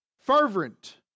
Fervent